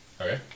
Okay